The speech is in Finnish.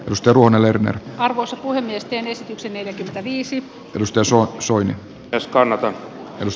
lusto on allerginen arvossa kuin myös tienestiksi neljäkymmentäviisi ruskeasuon soini jos kannattaa jos